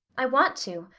i want to,